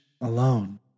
alone